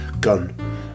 gun